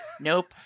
Nope